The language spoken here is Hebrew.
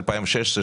2016,